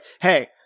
hey